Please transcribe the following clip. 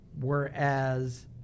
Whereas